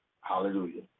Hallelujah